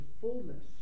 fullness